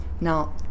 Now